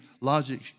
logic